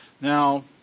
Now